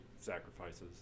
sacrifices